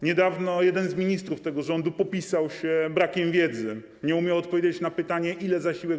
Niedawno jeden z ministrów tego rządu popisał się brakiem wiedzy, nie umiał odpowiedzieć na pytanie, ile wynosi zasiłek.